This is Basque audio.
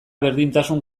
berdintasun